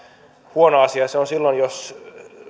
huono asia se on silloin jos